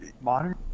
modern